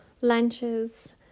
lunches